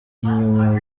inyuma